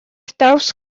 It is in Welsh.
draws